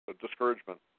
discouragement